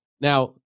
Now